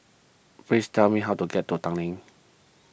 please tell me how to get to Tanglin